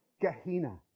Gehenna